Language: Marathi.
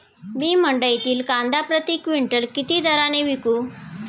मी मंडईतील कांदा प्रति क्विंटल किती दराने विकू?